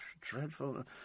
dreadful